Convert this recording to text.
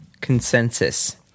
consensus